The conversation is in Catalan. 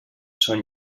són